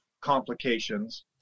complications